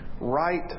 right